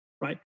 right